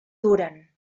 duren